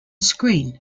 screen